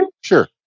Sure